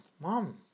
mom